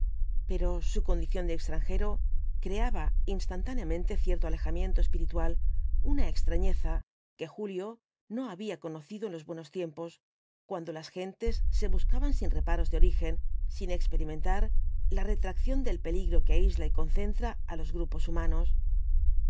pero su condición de extranjero creaba instantáneamente cierto alejamiento espiritual una extrañeza que julio no había conocido en los buenos tiempos cuando las gentes se buscaban sin reparos de origen sin experimentar la retracción del peligro que aisla y concentra á los grupos humanos